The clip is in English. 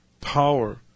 power